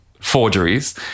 forgeries